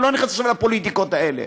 אני לא נכנס עכשיו לפוליטיקות האלה,